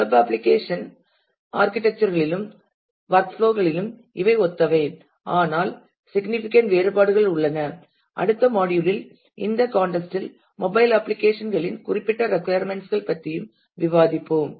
web application இன் architecture களிலும் workflow களிலும் இவை ஒத்தவை ஆனால் சிக்கினிபிக்கன்ட் வேறுபாடுகள் உள்ளன அடுத்த மாடியுல் இல் இந்த கான்டெக்ஸ்ட் இல் மொபைல் அப்ளிகேஷன் களின் குறிப்பிட்ட ரெக்கொயர்மெண்ட்ஸ் கள் பற்றியும் விவாதிப்போம்